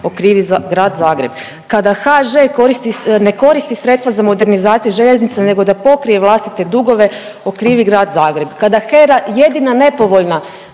okrivi Grad Zagreb. Kada HŽ koristi, ne koristi sredstva za modernizaciju željeznice nego da pokrije vlastite dugove, okrivi Grad Zagreb. Kada HERA jedina nepovoljna,